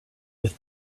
with